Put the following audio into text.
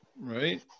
Right